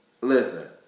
Listen